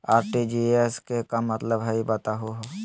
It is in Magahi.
आर.टी.जी.एस के का मतलब हई, बताहु हो?